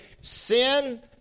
Sin